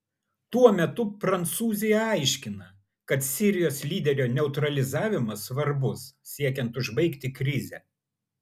tuo metu prancūzija aiškina kad sirijos lyderio neutralizavimas svarbus siekiant užbaigti krizę